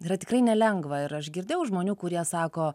yra tikrai nelengva ir aš girdėjau žmonių kurie sako